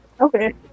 okay